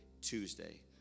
Tuesday